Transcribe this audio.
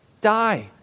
Die